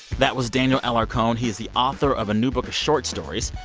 that was daniel alarcon. he is the author of a new book of short stories.